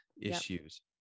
issues